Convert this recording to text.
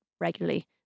regularly